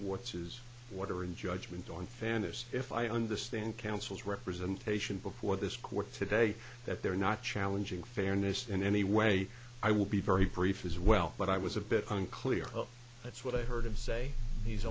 what's his order in judgment on fanous if i understand counsel's representation before this court today that they're not challenging fairness in any way i will be very brief as well but i was a bit unclear that's what i heard him say he's